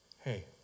Hey